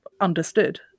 understood